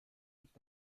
nicht